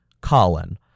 Colin